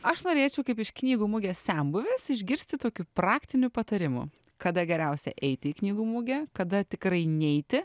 aš norėčiau kaip iš knygų mugės senbuvės išgirsti tokių pratinių patarimų kada geriausia eiti į knygų mugę kada tikrai neiti